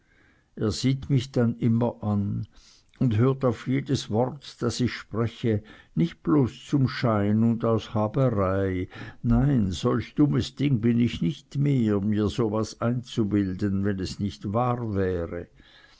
er sieht mich dann immer an und hört auf jedes wort das ich spreche nicht bloß zum schein und aus haberei nein solch dummes ding bin ich nicht mehr mir so was einzubilden wenn es nicht wahr wäre